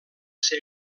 ser